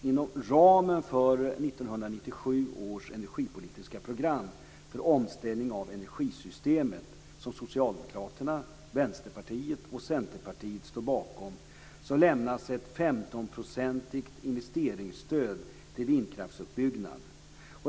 Inom ramen för 1997 års energipolitiska program för omställning av energisystemet, som Socialdemokraterna, Vänsterpartiet och Centerpartiet står bakom, lämnas ett 15-procentigt investeringsstöd till vindkraftsuppbyggnad.